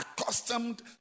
accustomed